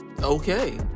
Okay